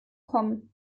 kommen